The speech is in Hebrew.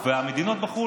והמדינות בחו"ל,